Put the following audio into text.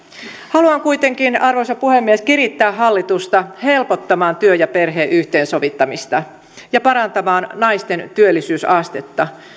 haluan kuitenkin arvoisa puhemies kirittää hallitusta helpottamaan työn ja perheen yhteensovittamista ja parantamaan naisten työllisyysastetta